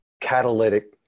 catalytic